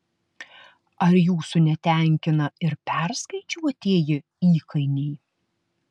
ar jūsų netenkina ir perskaičiuotieji įkainiai